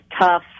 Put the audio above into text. tough